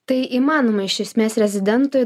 tai įmanoma iš esmės rezidentui